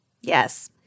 Yes